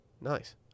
Nice